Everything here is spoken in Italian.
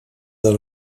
dal